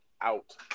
out